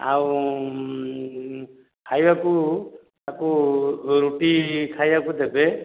ଆଉ ଖାଇବାକୁ ତାକୁ ରୁଟି ଖାଇବାକୁ ଦେବେ